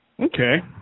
Okay